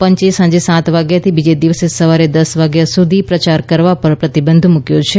પંચે સાંજે સાત વાગ્યાથી બીજે દિવસે સવારે દસ વાગ્યા સુધી પ્રચાર કરવા પર પ્રતિબંધ મૂક્યો છે